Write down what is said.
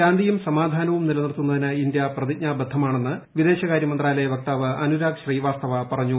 ശാന്തിയും സമാധാനവും നിലനിർത്തുന്നതിന് ഇന്ത്യ പ്രതിജ്ഞാബദ്ധമാണെന്ന് വിദേശകാര്യ മന്ത്രാലയ വക്താവ് അനുരാഗ് ശ്രീവാസ്തവ പറഞ്ഞു